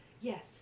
Yes